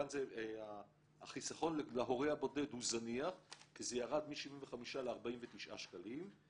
כאן החיסכון להורה הבודד הוא זניח כי זה ירד מ-75 ל-49 שקלים.